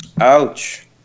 Ouch